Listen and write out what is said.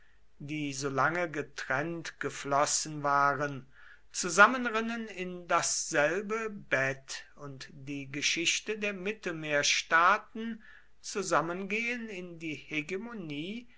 die so lange getrennt geflossen waren zusammenrinnen in dasselbe bett und die geschichte der mittelmeerstaaten zusammengehen in die hegemonie